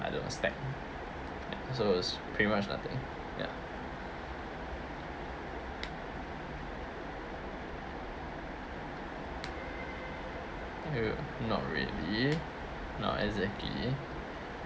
I don't know snack so it's pretty much nothing ya uh not really not exactly